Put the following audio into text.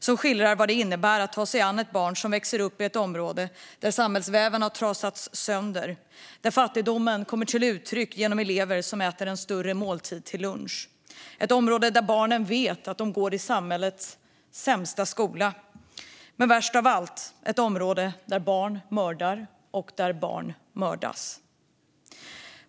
, som skildrar vad det innebär att ta sig an ett barn som växer upp i ett område där samhällsväven har trasats sönder, där fattigdomen kommer till uttryck i skolan genom att elever äter en större måltid till lunch. Det är ett område där barnen vet att de går i samhällets sämsta skola och, värst av allt, ett område där barn mördar och mördas.